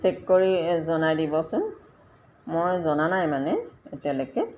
check কৰি জনাই দিবচোন মই জনা নাই মানে এতিয়ালৈকে